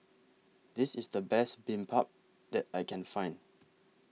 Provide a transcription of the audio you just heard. This IS The Best Bibimbap that I Can Find